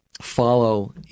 follow